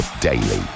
daily